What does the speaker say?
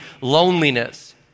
loneliness